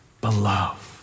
beloved